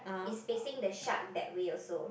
is facing the shark that way also